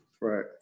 right